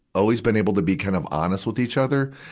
always been able to be kind of honest with each other.